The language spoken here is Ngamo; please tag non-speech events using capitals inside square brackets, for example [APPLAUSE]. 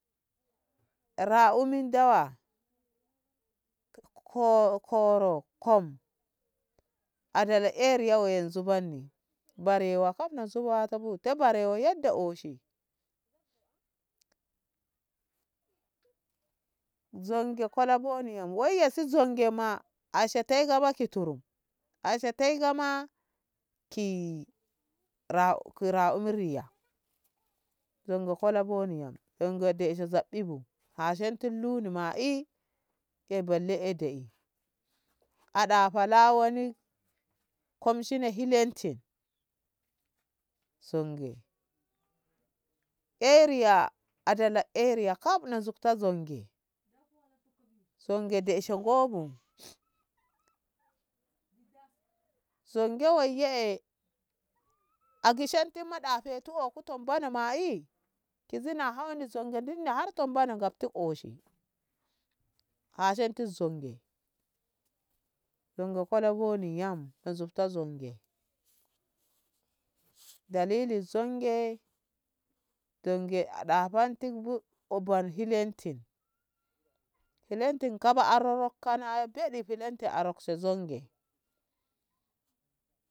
ra'umin dawa ko- koro kom adala eriya wayanzu banni barewa kaf ni sho wata bu ta barewa yadda oshi [NOISE] zonge kolaboni yam wai ya shi zonge ma ashete gaba ki turum ashe te gama ki ra- ra'umi riya zonge kolaboni yam zonge deshe zag'ebu hashente lu ni ma'e e balle de'e a ɗafa lawani koshine hilanti zonge eriya adalla eriya kaf na nzutta zonge [NOISE] zonge ndeshe ngobo [NOISE] zonge wai yee eh a geshinti ma ɗafetu wokuto tombano ma'e ki zina hon zonge dinni har tom bano ngarti oshi hashenti zonge zonge kolaboni yam na zubta zonge dalili zonge zonge a ɗa fantibu oh bon hilanti hilantin kaba a rokkana beɗi filanti arokshe zonge.